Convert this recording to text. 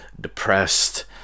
depressed